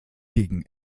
gegen